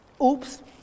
Oops